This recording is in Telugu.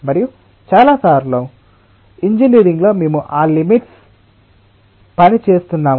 మరియు చాలా సార్లు ఇంజనీరింగ్లో మేము ఆ లిమిట్స్ల్లో పని చేస్తున్నాము